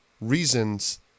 reasons